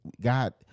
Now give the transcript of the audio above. god